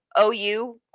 OU